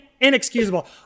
Inexcusable